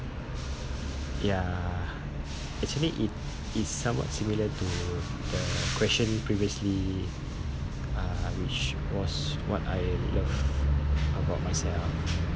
ya actually it it's somewhat similar to the question previously uh which was what I love about myself